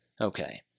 Okay